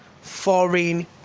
foreign